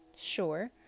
Sure